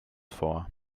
vor